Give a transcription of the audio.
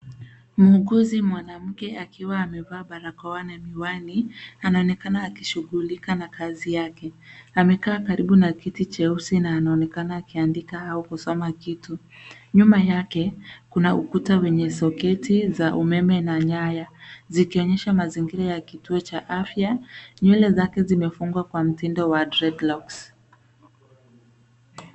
Muuguzi mwanamke amevaa barakoa na miwani. Anaonekana akishughulika na kazi yake. Amekaa karibu na kiti cheusi na anaonekana akiandika au kusoma kitu. Nyuma yake kuna ukuta wenye soketi za umeme na nyaya zikionyesha mazingira ya kituo cha afya. Nywele zake zimefungwa kwa mtindo wa dreadlocks .